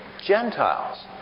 Gentiles